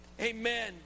amen